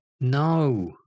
No